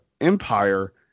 empire